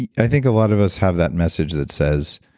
and i think a lot of us have that message that says,